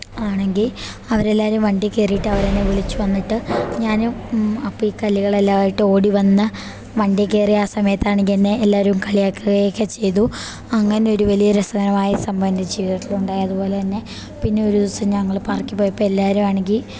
ആണെങ്കിൽ അവരെല്ലാവരും വണ്ടിയിൽ കയറിയിട്ട് അവരെന്നെ വിളിച്ച് വന്നിട്ട് ഞാനും അപ്പം ഈ കല്ലുകളെല്ലാമായിട്ട് ഓടിവന്ന് വണ്ടിയിൽ കയറിയ ആ സമയത്താണെങ്കിൽ എന്നെ എല്ലാവരും കളിയാക്കുകയൊക്കെ ചെയ്തു അങ്ങനെ ഒരു വലിയ രസകരമായ സംഭവം എൻ്റെ ജീവിതത്തിലുണ്ടായി അതുപോലെതന്നെ പിന്നെ ഒരു ദിവസം ഞങ്ങൾ പാർക്കിൽ പോയപ്പോൾ എല്ലാവരും ആണെങ്കിൽ